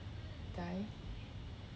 die